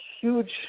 huge